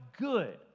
good